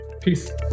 peace